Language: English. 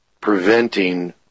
preventing